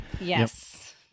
Yes